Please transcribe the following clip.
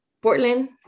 Portland